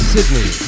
Sydney